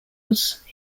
was